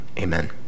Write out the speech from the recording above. Amen